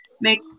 make